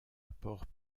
apports